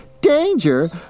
Danger